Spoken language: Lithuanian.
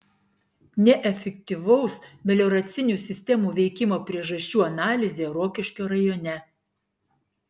neefektyvaus melioracinių sistemų veikimo priežasčių analizė rokiškio rajone